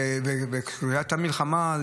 ובתחילת המלחמה,